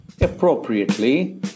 appropriately